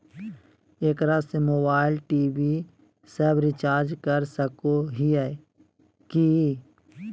एकरा से mobile TV सब रिचार्ज कर सको हियै की?